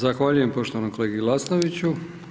Zahvaljujem poštovanom kolegi Glasnoviću.